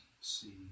see